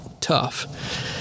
tough